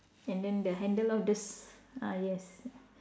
and then the handle of the s~ ah yes